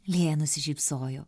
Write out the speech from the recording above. lėja nusišypsojo